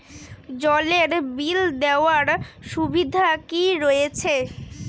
জলের বিল দেওয়ার সুবিধা কি রয়েছে?